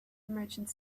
merchant